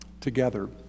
together